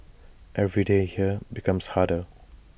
every day here becomes harder